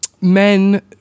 men